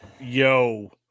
Yo